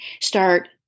start